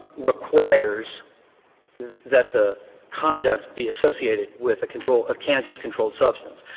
requires that the conduct be associated with a controlled a kansas controlled substance.